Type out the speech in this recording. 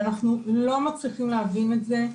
ואנחנו לא מצליחים להבין את זה,